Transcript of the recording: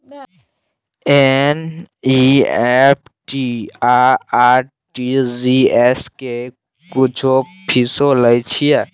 NEFT आ RTGS करै के कुछो फीसो लय छियै?